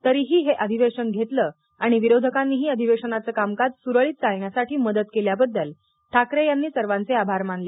तरीही हे अधिवेशन घेतलं आणि विरोधकांनीही अधिवेशनाचं कामकाज सुरळीत चालण्यासाठी मदत केल्याबद्दल मुख्यमंत्री ठाकरे यांनी सर्वांचे आभार मानले